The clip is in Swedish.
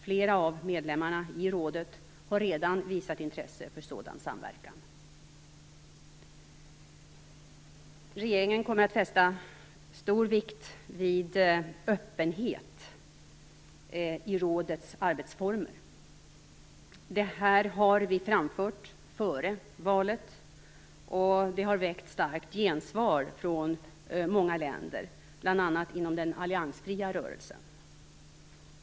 Flera av medlemmarna i rådet har redan visat intresse för sådan samverkan. Regeringen fäster vikt vid en så stor öppenhet som möjligt i säkerhetsrådets arbete. Detta har vi framfört före valet, och det har väckt starkt gensvar från många länder, bl.a. inom den alliansfria rörelsen.